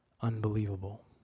unbelievable